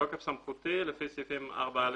בתוקף סמכותי לפי סעיפים 4א(ד3),